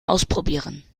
ausprobieren